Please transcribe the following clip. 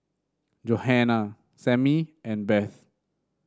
Johana Sammy and Beth